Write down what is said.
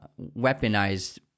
weaponized